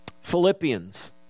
Philippians